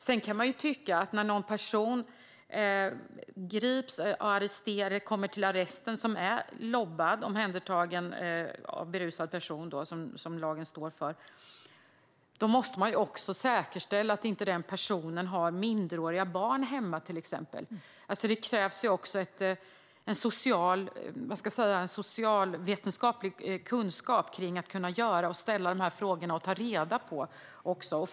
Sedan kan man ju tycka att om en person grips och kommer till arresten som LOB:ad, det vill säga omhändertagen för att den är berusad, måste man också säkerställa att den personen inte till exempel har minderåriga barn hemma. Det krävs alltså även en socialvetenskaplig kunskap för att ställa dessa frågor och ta reda på sådant.